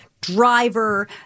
driver